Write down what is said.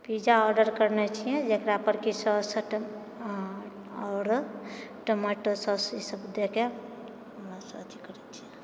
pizza order करने छियै जकरा पर की की सौस आओर टोमाटो सौस ईसभ दएके इमहरसँ अथी करैत छियै